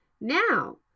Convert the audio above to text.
Now